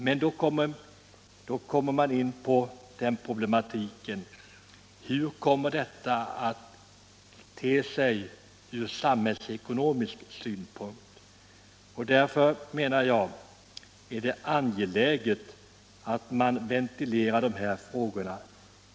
Men då är problemet hur detta kommer att te sig ur samhällsekonomisk synpunkt. Därför menar jag att det är angeläget att man ventilerar dessa frågor.